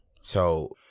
So-